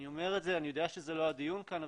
אני יודע שזה לא הדיון כאן.